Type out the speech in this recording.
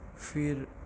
پھر